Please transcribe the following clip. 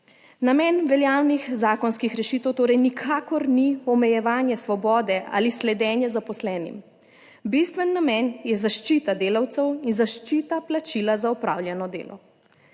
Namen veljavnih zakonskih rešitev torej nikakor ni omejevanje svobode ali sledenje zaposlenim. Bistven namen je zaščita delavcev in zaščita plačila za opravljeno delo.